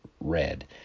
red